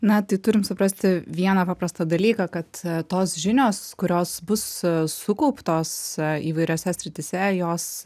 na tai turim suprasti vieną paprastą dalyką kad tos žinios kurios bus sukauptos įvairiose srityse jos